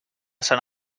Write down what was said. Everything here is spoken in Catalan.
sant